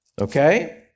okay